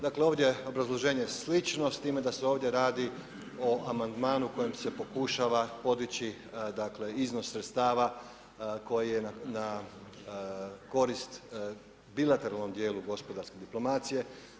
Dakle ovdje je obrazloženje slično s time da se ovdje radi o amandmanu kojim se pokušava podići iznos sredstava koji je na korist bilateralnom dijelu gospodarske diplomacije.